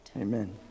Amen